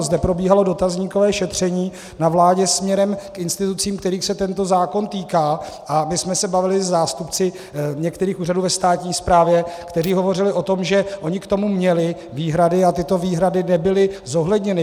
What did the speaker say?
Zde probíhalo dotazníkové šetření na vládě směrem k institucím, kterých se tento zákon týká, a my jsme se bavili se zástupci některých úřadů ve státní správě, kteří hovořili o tom, že oni k tomu měli výhrady a tyto výhrady nebyly zohledněny.